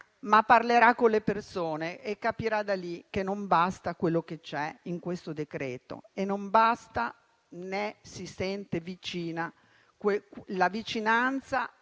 parlerà con le persone e capirà che non basta quello che c'è in questo decreto. Non basta. Non si sentono la vicinanza